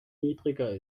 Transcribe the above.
niedriger